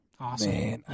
Awesome